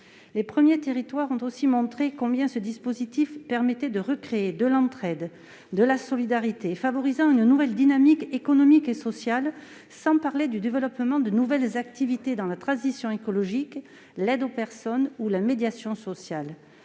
expérimentation ont aussi montré combien ce dispositif permettait de recréer de l'entraide et de la solidarité, en favorisant une nouvelle dynamique économique et sociale, sans parler du développement de nouvelles activités liées à la transition écologique, l'aide aux personnes, ou encore la médiation sociale.